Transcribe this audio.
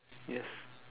yes